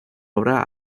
obra